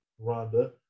Rhonda